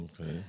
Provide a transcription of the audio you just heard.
Okay